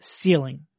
ceiling